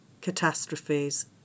catastrophes